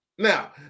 Now